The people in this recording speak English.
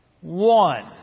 one